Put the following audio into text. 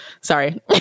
Sorry